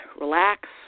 relax